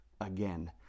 again